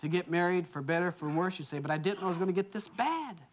to get married for better or for worse you say but i didn't i was going to get this bad